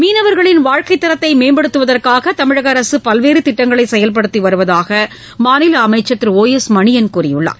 மீனவர்களின் வாழ்க்கைத் தரத்தை மேம்படுத்துவதற்காக தமிழக அரசு பல்வேறு திட்டங்களை செயல்படுத்தி வருவதாக மாநில அமைச்சர் திரு ஓ எஸ் மணியன் கூறியுள்ளார்